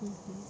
mmhmm